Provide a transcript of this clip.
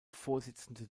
vorsitzende